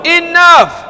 enough